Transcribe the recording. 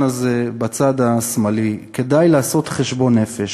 הזה בצד השמאלי: כדאי לעשות חשבון נפש.